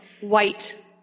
white